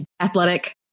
athletic